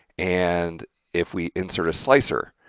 and if we insert a slicer